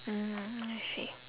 uh I see